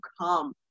come